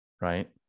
right